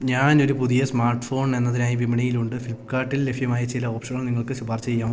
ഞാനൊരു പുതിയ smart phone എന്നതിനായി വിപണിയിലുണ്ട് ഫ്ലിപ്കാർട്ടിൽ ലഭ്യമായ ചില ഓപ്ഷനുകൾ നിങ്ങൾക്കു ശുപാർശ ചെയ്യാമോ